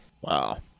Wow